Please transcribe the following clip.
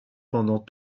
pendant